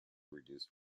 reduced